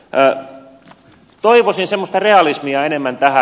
toivoisin semmoista realismia enemmän tähän